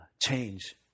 change